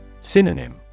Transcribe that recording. Synonym